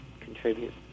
contribute